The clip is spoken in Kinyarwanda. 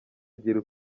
igira